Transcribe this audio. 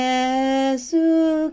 Jesus